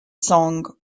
song